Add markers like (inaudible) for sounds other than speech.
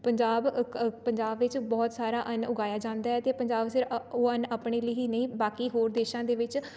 ਪੰਜਾਬ ਪੰਜਾਬ ਵਿੱਚ ਬਹੁਤ ਸਾਰਾ ਅੰਨ ਉਗਾਇਆ ਜਾਂਦਾ ਹੈ ਅਤੇ ਪੰਜਾਬ ਸਿਰ (unintelligible) ਉਹ ਅੰਨ ਆਪਣੇ ਲਈ ਹੀ ਨਹੀਂ ਬਾਕੀ ਹੋਰ ਦੇਸ਼ਾਂ ਦੇ ਵਿੱਚ